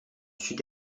sud